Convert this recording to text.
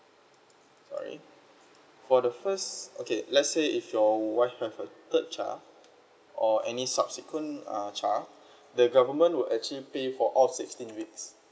sorry for the first okay let's say if your wife have a third child or any subsequent uh child the government will actually pay for all sixteen weeks